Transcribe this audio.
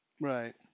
Right